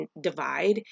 divide